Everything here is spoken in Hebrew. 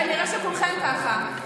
כנראה שכולכם ככה.